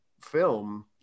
film